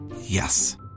Yes